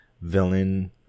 villain